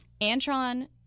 Antron